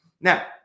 Now